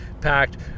packed